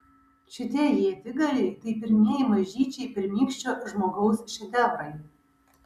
šitie ietigaliai tai pirmieji mažyčiai pirmykščio žmogaus šedevrai